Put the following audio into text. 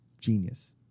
Genius